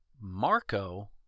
Marco